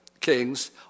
Kings